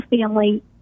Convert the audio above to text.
family